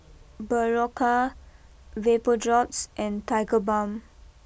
Berocca Vapodrops and Tiger Balm